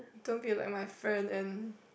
don't be like my friend and